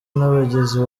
n’abagizi